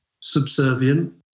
subservient